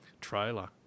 trailer